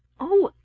oh,